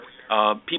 people